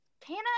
Tana